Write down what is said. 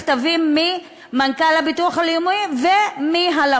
מכתבים ממנכ"ל הביטוח הלאומי ומהלמ"ס,